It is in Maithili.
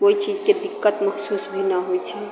कोइ चीजके दिक्कत महसूस भी न होइत छै